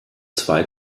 zwei